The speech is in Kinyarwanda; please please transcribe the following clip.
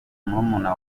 murumuna